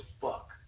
fuck